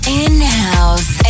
in-house